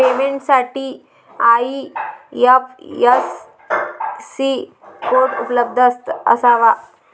पेमेंटसाठी IFSC code उपलब्ध असावा